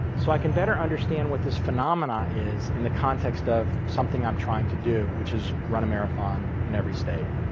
so i can better understand what this phenomena is, in the context of something i'm trying to do, which is run a marathon in every state.